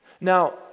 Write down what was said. Now